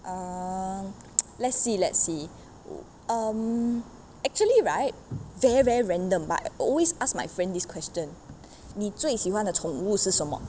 err let's see let's see um actually right very very random but I always ask my friend this question 你最喜欢的宠物是什么